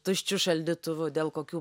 tuščiu šaldytuvu dėl kokių